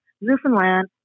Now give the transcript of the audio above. Newfoundland